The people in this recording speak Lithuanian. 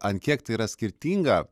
ant kiek tai yra skirtinga